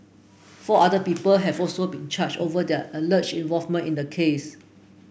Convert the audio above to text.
four other people have also been charged over their alleged involvement in the case